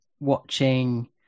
watching